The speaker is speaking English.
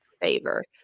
favor